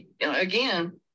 again